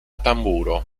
tamburo